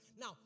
Now